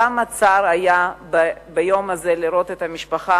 כמה צער היה ביום הזה לראות את המשפחה